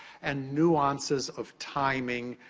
and nuances of timing,